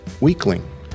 weakling